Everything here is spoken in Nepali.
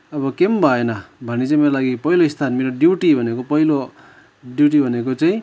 अब केही पनि भएन भने चाहिँ मेरो लागि पहिलो स्थान मेरो ड्युटी भनेको पहिलो ड्युटी भनेको चाहिँ